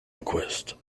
request